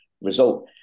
result